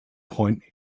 point